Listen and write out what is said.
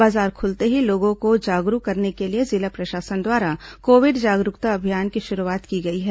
बाजार खुलते ही लोगों को जागरूक करने के लिए जिला प्रशासन द्वारा कोविड जागरूकता अभियान की शुरूआत की गई है